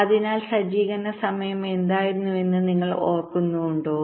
അതിനാൽ സജ്ജീകരണ സമയം എന്തായിരുന്നുവെന്ന് നിങ്ങൾ ഓർക്കുന്നുണ്ടോ